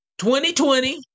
2020